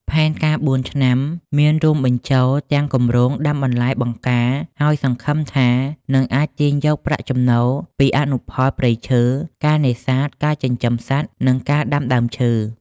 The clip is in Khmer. ផែនការបួនឆ្នាំមានរួមបញ្ចូលទាំងគម្រោងដាំបន្លែបង្ការ ហើយសង្ឃឹមថានឹងអាចទាញយកប្រាក់ចំណូលពីអនុផល ព្រៃឈើ ការនេសាទ ការចិញ្ចឹមសត្វ និងការដាំដើមឈើ។